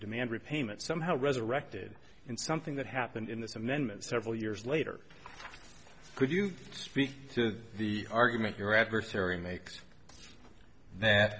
demand repayment somehow resurrected in something that happened in this amendment several years later could you speak to the argument your adversary makes that